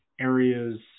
areas